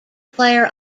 player